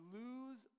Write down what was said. lose